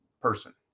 person